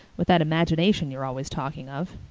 with that imagination you're always talking of.